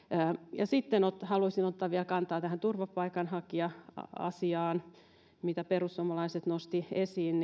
ja sitten haluaisin ottaa vielä kantaa tähän turvapaikanhakija asiaan siitä mitä perussuomalaiset nostivat esiin